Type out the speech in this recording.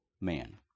man